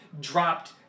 dropped